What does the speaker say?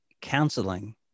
counseling